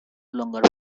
longer